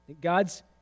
God's